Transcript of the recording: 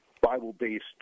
Bible-based